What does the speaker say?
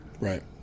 right